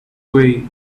way